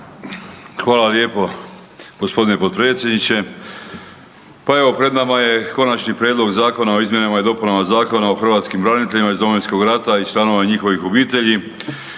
Hvala lijepo g. potpredsjedniče. Pa evo pred nama je Konačni prijedlog Zakona o izmjenama i dopunama Zakona o hrvatskim braniteljima iz Domovinskog rata i članovima njihovih obitelji